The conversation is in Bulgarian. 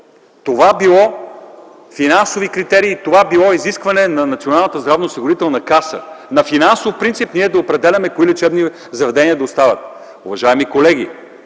Това били финансови критерии, това било изискване на Националната здравноосигурителна каса – на финансов принцип да определяме кои лечебни заведения да остават. Уважаеми колеги,